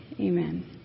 Amen